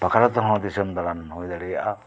ᱵᱟᱠᱷᱟᱨᱟ ᱛᱮᱦᱚᱸ ᱫᱤᱥᱚᱢ ᱫᱟᱲᱟᱱ ᱦᱩᱭ ᱫᱟᱲᱮᱭᱟᱜᱼᱟ